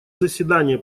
заседание